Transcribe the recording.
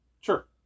sure